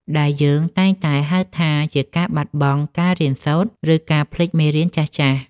ដែលយើងតែងតែហៅថាជាការបាត់បង់ការរៀនសូត្រ ឬការភ្លេចមេរៀនចាស់ៗ។